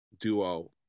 duo